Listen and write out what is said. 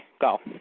go